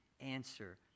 answer